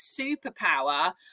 superpower